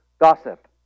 gossip